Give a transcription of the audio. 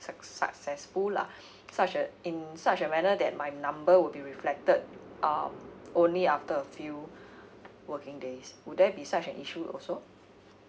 suc~ successful lah such as in such a manner that my number would be reflected mm only after a few working days would there be such an issue also